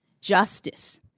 justice